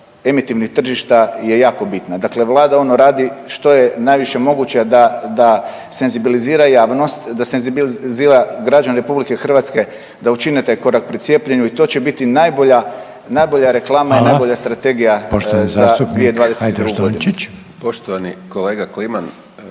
emitivnih tržišta je jako bitna, dakle vlada ono radi što je najviše moguće da, da senzibilizira javnost, da senzibilizira građane RH da učine taj korak pri cijepljenju i to će biti najbolja, najbolja reklama i najbolja strategija za 2022.g. **Reiner,